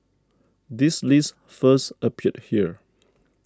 this list first appeared here